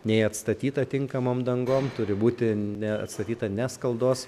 nei atstatyta tinkamom dangom turi būti ne atstatyta ne skaldos